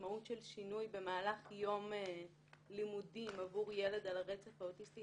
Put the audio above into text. המשמעות של שינוי במהלך יום לימודים עבור ילד על הרצף האוטיסטי